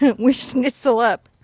we schnitzel up.